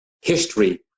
history